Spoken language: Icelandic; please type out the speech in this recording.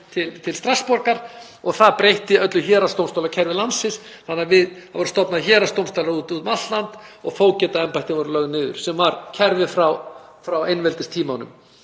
til Strassborgar og það breytti öllu héraðsdómstólakerfi landsins þannig að það voru stofnaðir héraðsdómstólar út um allt land og fógetaembættin voru lögð niður, sem var kerfið frá einveldistímanum.